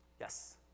Yes